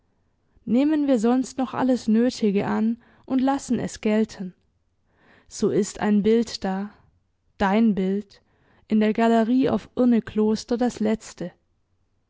nehmen wir sonst noch alles nötige an und lassen es gelten so ist ein bild da dein bild in der galerie auf urnekloster das letzte